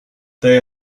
they